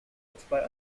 exploit